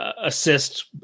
Assist